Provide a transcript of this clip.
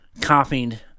copied